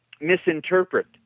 misinterpret